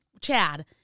Chad